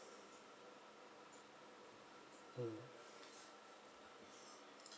mm